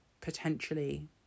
potentially